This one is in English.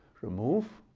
remove,